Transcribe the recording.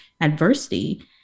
adversity